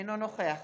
אינו נוכח